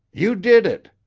you did it!